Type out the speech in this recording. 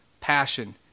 passion